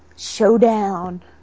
showdown